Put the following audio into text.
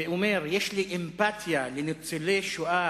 ואומר: יש לי אמפתיה לניצולי שואה,